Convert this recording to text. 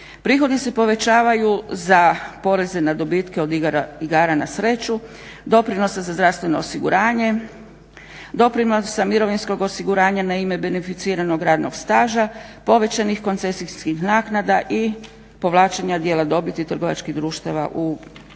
Prihodi se povećavaju za poreze na dobitke od igara na sreću, doprinosa za zdravstveno osiguranje, doprinosa mirovinskog osiguranja na ime beneficiranog radnog staža, povećanih koncesijskih naknada i povlačenja dijela dobiti trgovačkih društava kao prihod